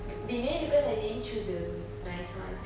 maybe because I didn't choose the nice [one]